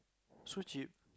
so cheap